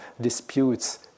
disputes